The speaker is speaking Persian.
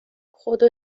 خدا